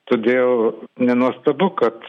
todėl nenuostabu kad